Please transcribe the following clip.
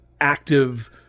active